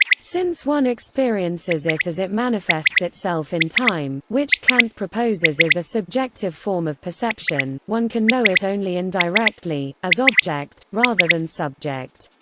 since one experiences it as it manifests itself in time, which kant proposes is a subjective form of perception, one can know it only indirectly as object, rather than subject.